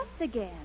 again